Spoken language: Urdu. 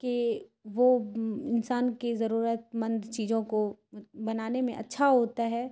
کہ وہ انسان کی ضرورتمند چیزوں کو بنانے میں اچھا ہوتا ہے